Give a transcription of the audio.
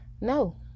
No